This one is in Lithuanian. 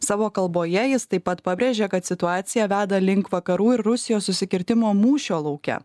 savo kalboje jis taip pat pabrėžė kad situacija veda link vakarų ir rusijos susikirtimo mūšio lauke